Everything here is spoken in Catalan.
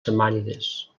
samànides